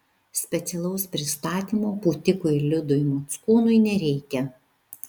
specialaus pristatymo pūtikui liudui mockūnui nereikia